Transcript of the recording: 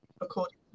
according